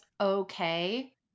okay